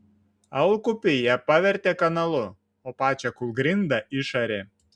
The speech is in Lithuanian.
alkupį jie pavertė kanalu o pačią kūlgrindą išarė